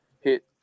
hit